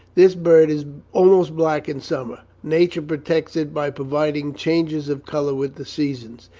this bird is almost black in summer. nature protects it by providing changes of colour with the seasons.